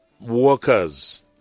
workers